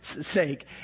sake